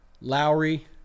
Lowry